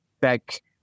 back